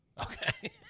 Okay